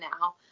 now